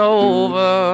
over